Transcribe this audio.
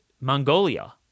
Mongolia